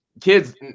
kids